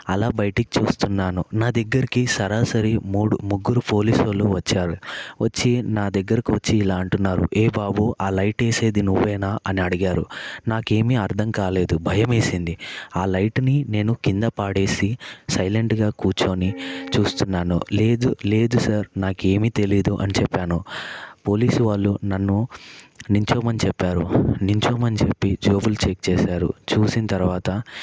అలా బయటికి చూస్తున్నాను నా దగ్గరికి సరాసరి మూడు ముగ్గురు పోలీసోళ్ళు వచ్చారు వచ్చి నా దగ్గరకు వచ్చి ఇలా అంటున్నారు ఏ బాబు ఆ లైట్ వేసేది నువ్వేనా అని అడిగారు నాకు ఏమీ అర్థం కాలేదు భయమేసింది ఆ లైట్ని నేను కింద పడేసి సైలెంట్గా కూర్చొని చూస్తున్నాను లేదు లేదు సార్ నాకు ఏమీ తెలియదు అని చెప్పాను పోలీసు వాళ్ళు నన్ను నించోమని చెప్పారు నించోమని చెప్పి జోబిని చెక్ చేశారు చూసిన తర్వాత